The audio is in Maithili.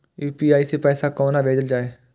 यू.पी.आई सै पैसा कोना भैजल जाय?